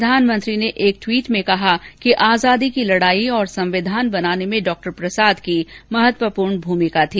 प्रधानमंत्री ने एक ट्वीट में कहा कि आजादी की लड़ाई और संविधान बनाने में डॉ प्रसाद की महत्वपूर्ण भूमिका थी